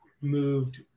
moved